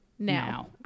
Now